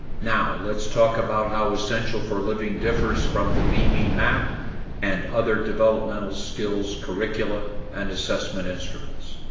now let's talk about how essential for living differs from the bb map and other developmental skills curricula and assessment instruments